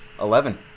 Eleven